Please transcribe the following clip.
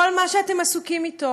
כל מה שאתם עסוקים בו